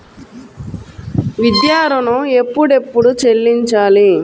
విద్యా ఋణం ఎప్పుడెప్పుడు చెల్లించాలి?